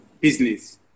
business